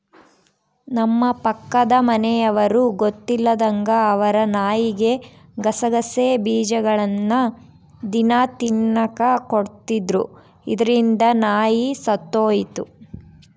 ನಮ್ಮ ಪಕ್ಕದ ಮನೆಯವರು ಗೊತ್ತಿಲ್ಲದಂಗ ಅವರ ನಾಯಿಗೆ ಗಸಗಸೆ ಬೀಜಗಳ್ನ ದಿನ ತಿನ್ನಕ ಕೊಡ್ತಿದ್ರು, ಇದರಿಂದ ನಾಯಿ ಸತ್ತೊಯಿತು